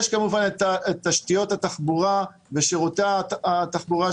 יש כמובן את תשתיות התחבורה ושירותי התחבורה,